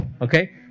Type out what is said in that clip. okay